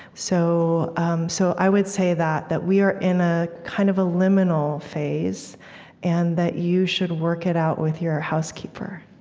so um so i would say that that we are in ah kind of a liminal phase and that you should work it out with your housekeeper